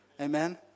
Amen